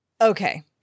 Okay